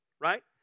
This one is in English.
right